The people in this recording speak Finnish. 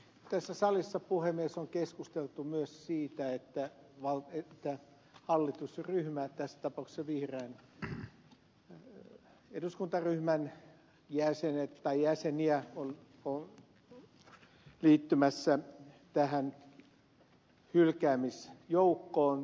tässä salissa puhemies on keskusteltu myös siitä että yhden hallitusryhmän tässä tapauksessa vihreän eduskuntaryhmän jäseniä on liittymässä hylkääjien joukkoon